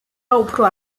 უფრო